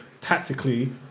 tactically